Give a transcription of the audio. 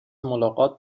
ملاقات